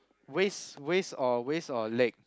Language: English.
waist waist or waist or leg